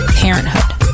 parenthood